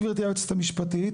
גברתי היועצת המשפטית,